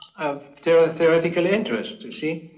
theoretical interest, you see?